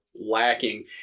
lacking